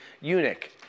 eunuch